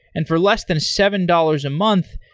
and for less than seven dollars a month,